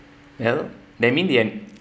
help them in~